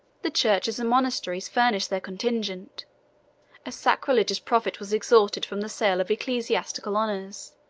the churches and monasteries furnished their contingent a sacrilegious profit was extorted from the sale of ecclesiastical honors